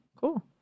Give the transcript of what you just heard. cool